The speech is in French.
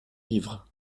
livres